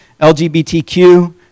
LGBTQ